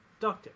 Ducted